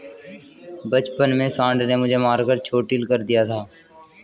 बचपन में सांड ने मुझे मारकर चोटील कर दिया था